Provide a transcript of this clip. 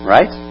Right